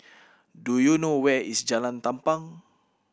do you know where is Jalan Tampang